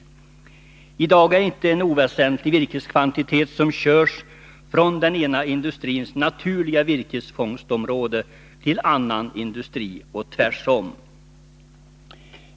I dag är det en inte oväsentlig virkeskvantitet som körs från den ena industrins naturliga virkesfångstområde till den andra industrin och tvärtom.